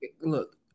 Look